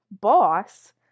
boss